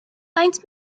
faint